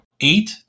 eight